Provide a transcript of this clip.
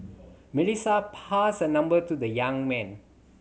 Melissa passed her number to the young man